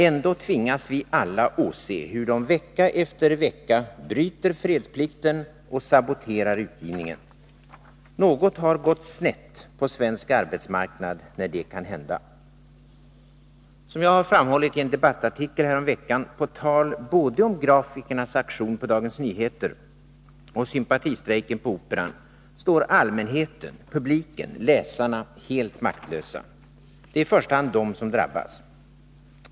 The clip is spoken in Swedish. Ändå tvingas vi alla åse hur de vecka = att förbättra effekefter vecka bryter fredsplikten och saboterar utgivningen. Något har gått = tjviteten inom snett på svensk arbetsmarknad när detta kan hända. AMS Som jag har framhållit i en debattartikel häromveckan på tal både om grafikernas aktion på Dagens Nyheter och om sympatistrejken på Operan står allmänheten — publiken och läsarna — helt maktlösa. Det är i första hand de som drabbas.